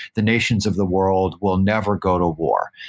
the nations of the world will never go to war.